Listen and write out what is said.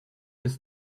his